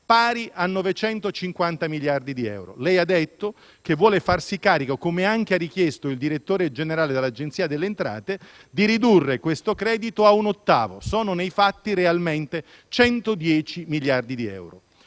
pari a 950 miliardi di euro. Ha detto che vuole farsi carico, come ha richiesto anche il direttore generale dell'Agenzia delle entrate, di ridurre questo credito a un ottavo, che nei fatti equivale realmente a 110 miliardi di euro.